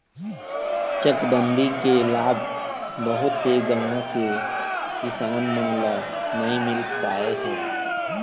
चकबंदी के लाभ बहुत से गाँव के किसान मन ल नइ मिल पाए हे